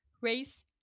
race